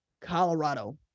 Colorado